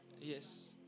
Yes